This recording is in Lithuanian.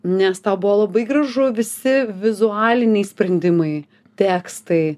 nes tau buvo labai gražu visi vizualiniai sprendimai tekstai